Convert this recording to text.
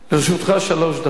לרשותך שלוש דקות.